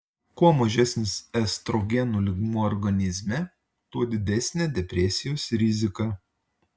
kuo mažesnis estrogenų lygmuo organizme tuo didesnė depresijos rizika